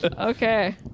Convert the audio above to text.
Okay